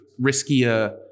riskier